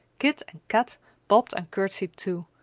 kit and kat bobbed and courtesied too,